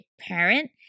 parent